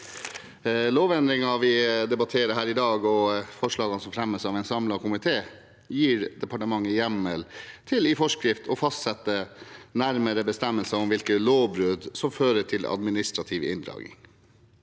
Lovendringen vi debatterer her i dag, og forslagene som fremmes av en samlet komité, gir departementet hjemmel til i forskrift å fastsette nærmere bestemmelser om hvilke lovbrudd som fører til administrativ inndragning.